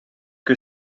que